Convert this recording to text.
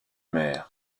mer